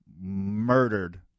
murdered